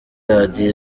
radiyo